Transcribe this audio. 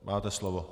Máte slovo.